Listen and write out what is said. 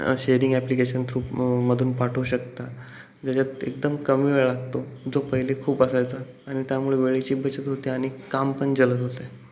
sharing application through म मधून पाठवू शकता ज्याच्यात एकदम कमी वेळ लागतो जो पहिले खूप असायचा आणि त्यामुळे वेळेची बचत होते आणि काम पण जलद होते